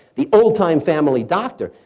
the old-time family doctor.